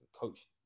coach